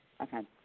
okay